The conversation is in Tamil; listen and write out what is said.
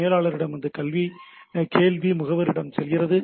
மேலாளரிடமிருந்து கேள்வி முகவரிடம் செல்கிறது